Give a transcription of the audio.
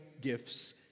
gifts